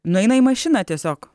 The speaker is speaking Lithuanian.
nueina į mašiną tiesiog